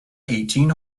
eighteen